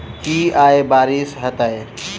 की आय बारिश हेतै?